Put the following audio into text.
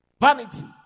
Vanity